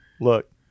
look